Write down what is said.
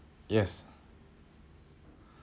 yes